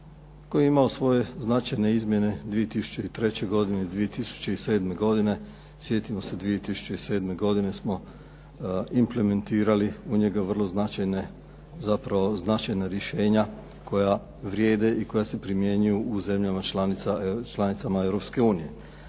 koji je imao svoje značajne izmjene 2003. godine, 2007. godine. Sjetimo se, 2007. godine smo implementirali u njega vrlo značajna rješenje koja vrijede i koja se primjenjuju u zemljama članicama Europske unije.